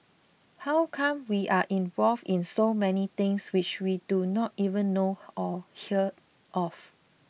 how come we are involved in so many things which we do not even know or hear of